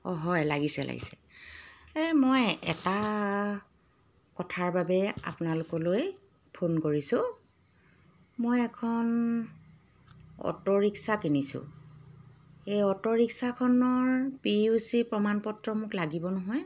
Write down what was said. অঁ হয় লাগিছে লাগিছে এই মই এটা কথাৰ বাবে আপোনালোকলৈ ফোন কৰিছোঁ মই এখন অ'টো ৰিক্সা কিনিছোঁ এই অ'টো ৰিক্সাখনৰ পি ইউ চি প্ৰমাণপত্ৰ মোক লাগিব নহয়